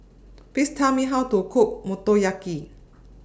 Please Tell Me How to Cook Motoyaki